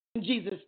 Jesus